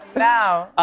now.